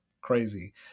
crazy